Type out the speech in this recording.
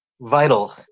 Vital